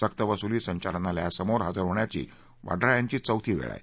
सक्तवसुली संचालनालयासमोर हजर होण्याची वड्रा यांची चौथी वेळ आहे